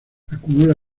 acumula